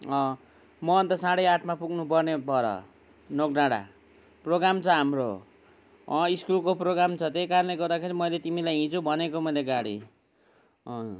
म अन्त साढे आठमा पुग्नुपर्ने पर नोक डाँडा प्रोग्राम छ हाम्रो स्कुलको प्रोग्राम छ त्यही कारणले गर्दाखेरि मैले तिमीलाई हिज भनेको मैले गाडी